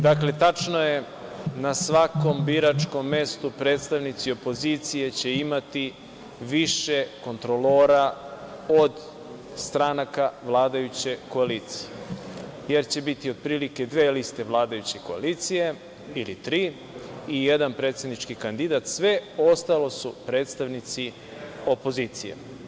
Dakle tačno je da na svakom biračkom mestu predstavnici opozicije će imati više kontrolora od stranka vladajuće koalicije, jer će biti, otprilike dve liste vladajuće koalicije, ili tri i jedan predsednički kandidat, sve ostalo su predstavnici opozicije.